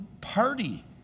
party